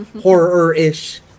horror-ish